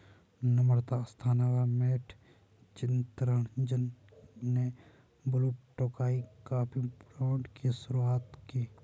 नम्रता अस्थाना व मैट चितरंजन ने Blue Tokai coffee brand की शुरुआत की